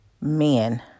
men